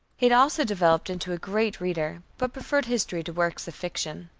he had also developed into a great reader, but preferred history to works of fiction.